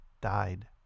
died